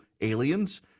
aliens